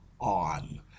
on